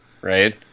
right